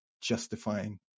justifying